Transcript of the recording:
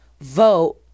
vote